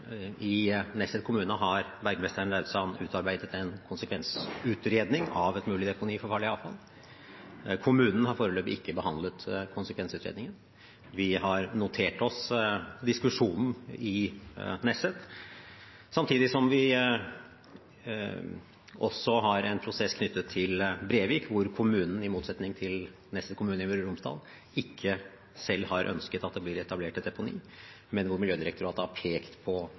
I Nesset kommune har Bergmesteren Raudsand AS utarbeidet en konsekvensutredning av et mulig deponi for farlig avfall. Kommunen har foreløpig ikke behandlet konsekvensutredningen. Vi har notert oss diskusjonen i Nesset, samtidig som vi også har en prosess knyttet til Brevik, hvor kommunen – i motsetning til Nesset kommune i Møre og Romsdal – ikke selv har ønsket at det blir etablert et deponi, men hvor Miljødirektoratet har pekt på